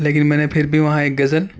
لیکن میں نے پھر بھی وہاں ایک غزل